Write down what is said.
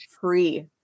free